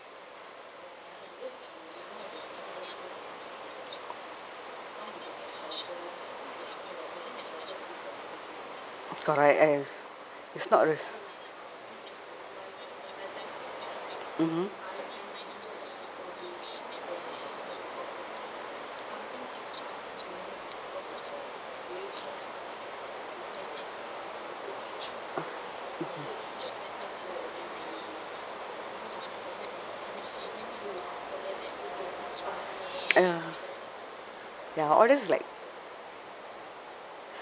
correct eh it's not mmhmm ya ya all these is like